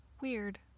weird